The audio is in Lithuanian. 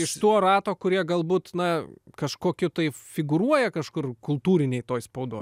iš to rato kurie galbūt na kažkokiu tai figūruoja kažkur kultūrinėj toj spaudoj